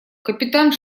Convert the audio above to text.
капитан